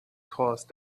cause